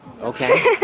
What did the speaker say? Okay